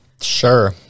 Sure